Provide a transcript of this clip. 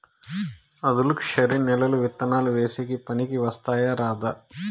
ఆధులుక్షరి నేలలు విత్తనాలు వేసేకి పనికి వస్తాయా రాదా?